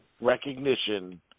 recognition